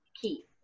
key